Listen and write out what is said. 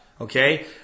Okay